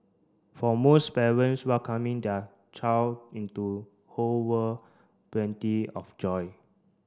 for most parents welcoming their child into whole world plenty of joy